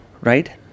right